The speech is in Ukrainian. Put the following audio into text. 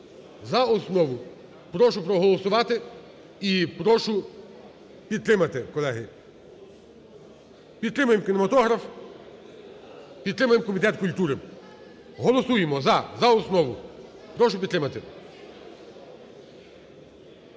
за основу. Прошу проголосувати і прошу підтримати, колеги. Підтримаємо кінематограф, підтримаємо Комітет культури. Голосуємо – за. За основу. Прошу підтримати.